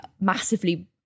massively